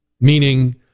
Meaning